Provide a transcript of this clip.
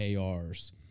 ARs